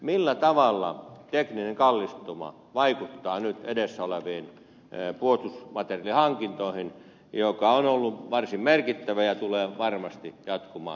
millä tavalla vaikuttaa edessä oleviin puolustusmateriaalihankintoihin tekninen kallistuminen joka on ollut varsin merkittävä ja tulee varmasti jatkumaan tulevaisuudessa